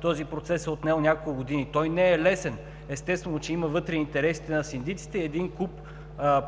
този процес е отнел няколко години. Той не е лесен. Естествено, че има вътре интересите на синдиците и един куп